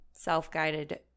self-guided